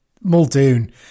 Muldoon